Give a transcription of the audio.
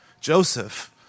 Joseph